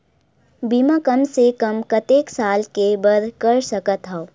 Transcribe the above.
बीमा कम से कम कतेक साल के बर कर सकत हव?